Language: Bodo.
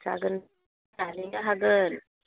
जागोन हागोन